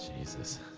Jesus